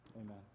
Amen